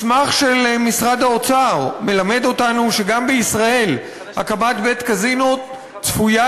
מסמך של משרד האוצר מלמד אותנו שגם בישראל הקמת בית-קזינו צפויה